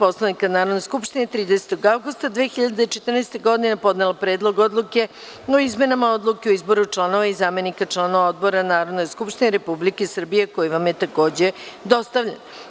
Poslovnika Narodne skupštine, 30. avgusta 2014. godine, podnela Predlog odluke o izmenama Odluke o izboru članova i zamenika članova odbora Narodne skupštine Republike Srbije, koji vam je takođe dostavljen.